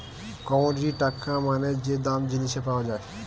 commodity টাকা মানে যে দাম জিনিসের পাওয়া যায়